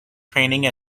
training